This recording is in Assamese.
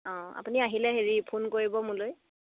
অঁ আপুনি আহিলে হেৰি ফোন কৰিব মোলৈ